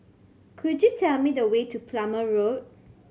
could you tell me the way to Plumer Road